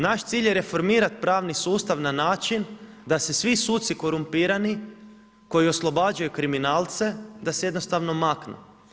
Naš cilj je reformirat pravni sustav na način da se svi suci korumpirani koji oslobađaju kriminalce, da se jednostavno maknu.